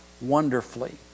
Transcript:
wonderfully